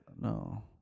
No